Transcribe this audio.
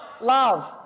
love